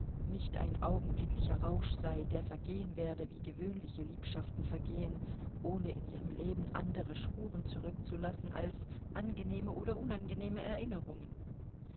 nicht ein augenblicklicher rausch sei der vergehen werde wie gewöhnliche liebschaften vergehen ohne in ihrem leben andere spuren zurückzulassen als angenehme oder unangenehme erinnerungen